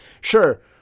Sure